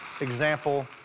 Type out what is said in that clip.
example